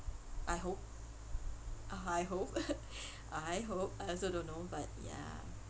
I hope I hope I hope I also don't know but ya